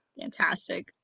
Fantastic